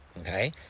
Okay